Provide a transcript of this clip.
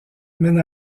mène